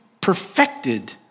perfected